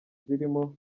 zirimo